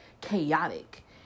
chaotic